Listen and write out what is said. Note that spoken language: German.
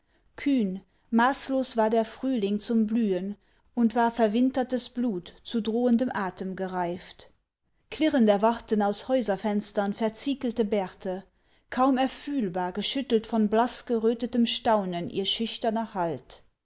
kühn maßlos war der frühling zum blühen und war verwintertes blut zu drohendem atem gereift klirrend erwachten aus häuserfenstern verziekelte bärte kaum erfühlbar geschüttelt von blaß gerötetem staunen ihr schüchterner halt